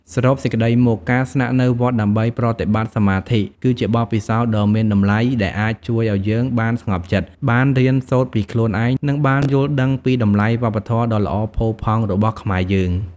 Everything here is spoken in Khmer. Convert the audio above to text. សរុបសេចក្តីមក ការស្នាក់នៅវត្តដើម្បីប្រតិបត្តិសមាធិគឺជាបទពិសោធន៍ដ៏មានតម្លៃដែលអាចជួយឱ្យយើងបានស្ងប់ចិត្ត បានរៀនសូត្រពីខ្លួនឯង និងបានយល់ដឹងពីតម្លៃវប្បធម៌ដ៏ល្អផូរផង់របស់ខ្មែរយើង។